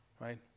Right